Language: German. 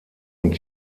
und